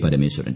Parameswaran